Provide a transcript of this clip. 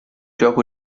gioco